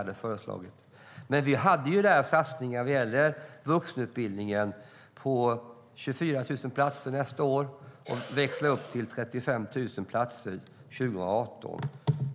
Jag skulle gärna vilja höra vad du säger om det. Vi hade en satsning när det gäller vuxenutbildningen på 24 000 platser nästa år och som skulle växlas upp till 35 000 platser 2018.